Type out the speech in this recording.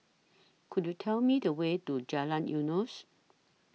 Could YOU Tell Me The Way to Jalan Eunos